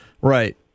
right